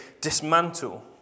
dismantle